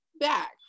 back